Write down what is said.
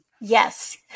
Yes